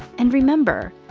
and remember.